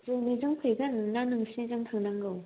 जोंनिजों फैगोन ना नोंसिनिजों थांनांगौ